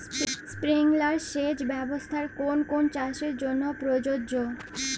Sprinkler সেচ ব্যবস্থার কোন কোন চাষের জন্য প্রযোজ্য?